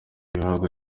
bihugu